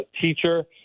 teacher